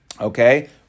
Okay